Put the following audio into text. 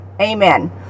Amen